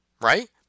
right